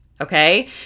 Okay